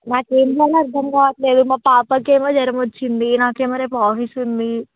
నాకేం చేయాలో అర్థం కావట్లేదు మా పాపకేమో జరమ వచ్చింది నాకేమో రేపు ఆఫీస్ ఉంది